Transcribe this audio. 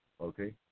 okay